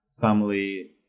family